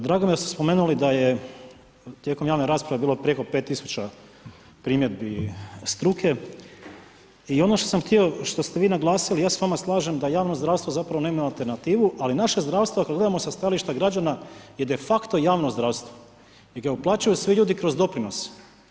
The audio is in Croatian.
Drago mi je da ste spomenuli da je tijekom javne rasprave bilo preko 5000 primjedbi struke i ono što ste vi naglasili, ja se s vama slažem da javno zdravstvo zapravo nema alternativu ali naša zdravstva ako gledamo sa stajališta građana je de facto javno zdravstvo jer ga plaćaju svi ljudi kroz doprinose.